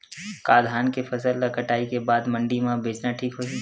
का धान के फसल ल कटाई के बाद मंडी म बेचना ठीक होही?